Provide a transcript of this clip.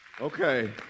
Okay